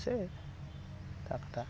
আছে তাতকা